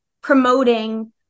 promoting